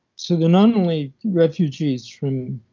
so they're not only refugees from